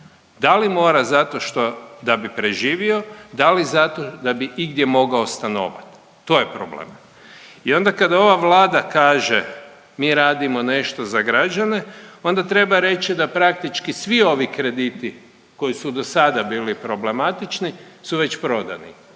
Da li mora zato što da bi preživio, da li zato da bi igdje mogao stanovati? To je problem. I onda kada ova Vlada kaže mi radimo nešto za građane, onda treba reći da praktički svi ovi krediti koji su do sada bili problematični su već prodani.